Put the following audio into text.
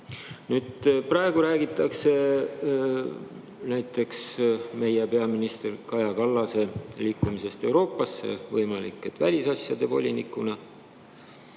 positsioon. Praegu räägitakse näiteks meie peaminister Kaja Kallase liikumisest Euroopasse – võimalik, et välisasjade volinikuks.